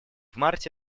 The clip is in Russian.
марте